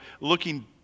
looking